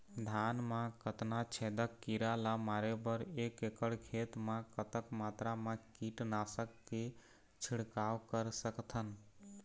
धान मा कतना छेदक कीरा ला मारे बर एक एकड़ खेत मा कतक मात्रा मा कीट नासक के छिड़काव कर सकथन?